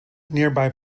nearby